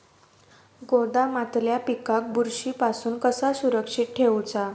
गोदामातल्या पिकाक बुरशी पासून कसा सुरक्षित ठेऊचा?